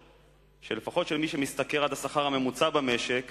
לפחות למי שמשתכר עד השכר הממוצע במשק